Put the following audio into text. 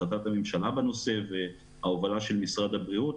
החלטת הממשלה בנושא וההובלה של משרד הבריאות.